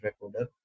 recorder